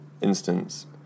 instance